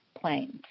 planes